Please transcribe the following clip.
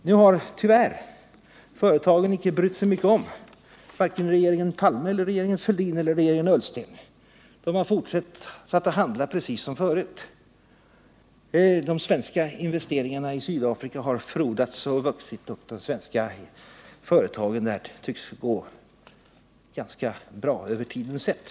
Tyvärr har företagen icke brytt sig mycket om vare sig regeringen Palme eller regeringen Fälldin eller regeringen Ullsten, utan fortsatt precis som förut. De svenska företagen i Sydafrika har frodats och vuxit. De svenska företagen där tycks gå ganska bra, över tiden sett.